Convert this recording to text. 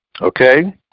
Okay